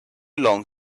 long